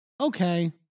Okay